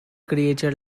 creature